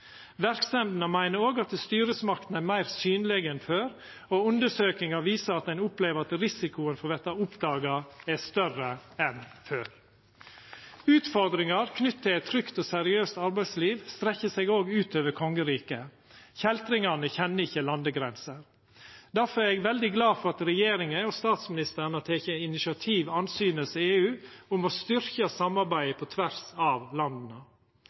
Verksemdene meiner òg at styresmaktene er meir synlege enn før, og undersøkinga viser at ein opplever at risikoen for å verta oppdaga er større enn før. Utfordringar knytte til eit trygt og seriøst arbeidsliv strekkjer seg også utover kongeriket. Kjeltringane kjenner ikkje landegrenser. Difor er eg veldig glad for at regjeringa og statsministeren har teke initiativ andsynes EU om å styrkja samarbeidet på tvers av landa.